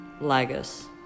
Lagos